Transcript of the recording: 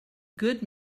good